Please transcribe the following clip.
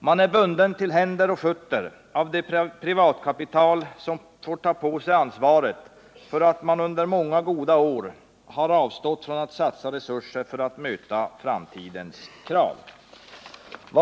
Man är bunden till händer och fötter av det privatkapital vars företrädare får ta på sig ansvaret för att man under många goda år har avstått från att satsa resurser för att möta framtidens krav.